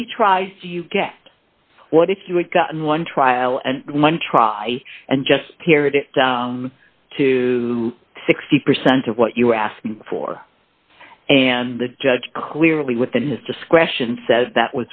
do you get what if you had gotten one trial and one try and just tear it down to sixty percent of what you were asking for and the judge clearly within his discretion says that